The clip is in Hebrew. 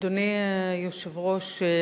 אדוני היושב-ראש,